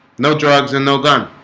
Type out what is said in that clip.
no drugs in no gun